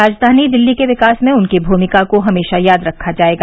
राजवानी दिल्ली के विकास में उनकी भूमिका को हमेशा याद रखा जायेगा